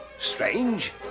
Strange